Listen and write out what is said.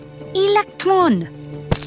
Electron